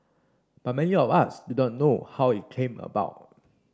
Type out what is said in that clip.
but many of us do not know how it came about